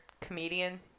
comedian